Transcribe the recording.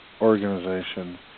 organization